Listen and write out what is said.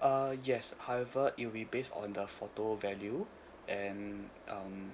uh yes however it'll be based on the photo value and um